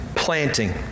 planting